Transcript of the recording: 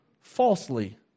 falsely